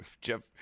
Jeff